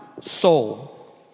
Soul